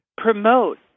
promote